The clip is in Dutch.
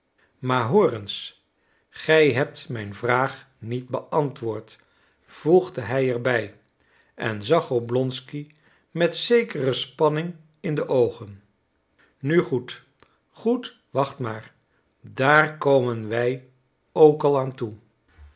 hoor eens gij hebt mijn vraag niet beantwoord voegde hij er bij en zag oblonsky met zekere spanning in de oogen nu goed goed wacht maar daar komen wij ook al aan toe